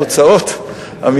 שהדוחות,